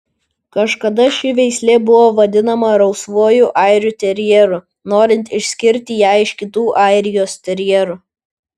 kažkada ši veislė buvo vadinama rausvuoju airių terjeru norint išskirti ją iš kitų airijos terjerų